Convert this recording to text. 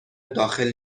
داخل